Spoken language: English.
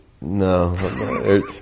No